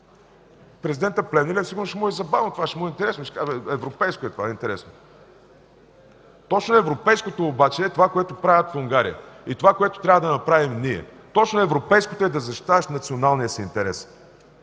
президента Плевнелиев сигурно ще му е забавно това, ще му е интересно, ще каже: „Европейско е, интересно е”. Точно европейското обаче е това, което правят в Унгария, и това, което трябва да направим ние. Точно европейското е да защитаваш националния си интерес.